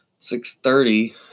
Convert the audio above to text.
6.30